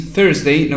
Thursday